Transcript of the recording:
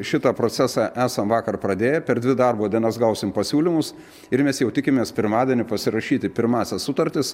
šitą procesą esam vakar pradėję per dvi darbo dienas gausim pasiūlymus ir mes jau tikimės pirmadienį pasirašyti pirmąsias sutartis